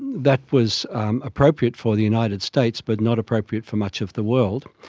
that was appropriate for the united states but not appropriate for much of the world.